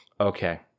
Okay